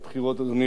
אדוני היושב-ראש.